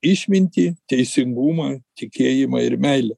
išmintį teisingumą tikėjimą ir meilę